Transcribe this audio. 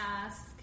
ask